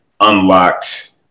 unlocked